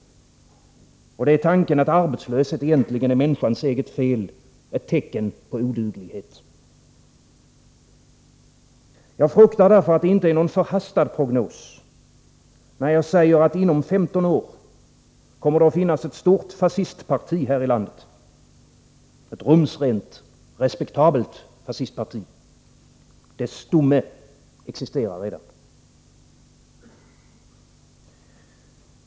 Det är tanken att arbetslöshet egentligen är människans eget fel, ett tecken på oduglighet. Jag fruktar därför att det inte är någon förhastad prognos, när jag säger att det inom 15 år kommer att finnas ett stort fascistparti här i landet, ett rumsrent, respektabelt fascistparti. Dess stomme existerar redan.